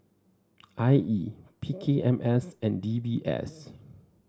I E P K M S and D B S